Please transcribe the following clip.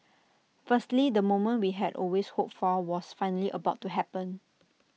firstly the moment we had always hoped for was finally about to happen